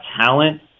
talent